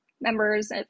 members